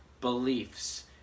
beliefs